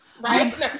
Right